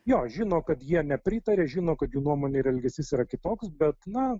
jo žino kad jie nepritaria žino kad jų nuomonė ir elgesys yra kitoks bet na